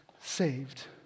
saved